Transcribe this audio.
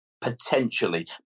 potentially